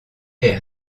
est